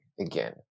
again